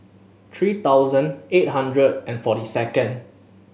three thousand eight hundred and forty second